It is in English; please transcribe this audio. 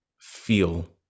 feel